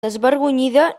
desvergonyida